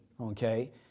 Okay